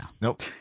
Nope